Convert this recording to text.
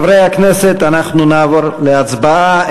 חברי הכנסת, אנחנו נעבור להצבעה.